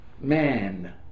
man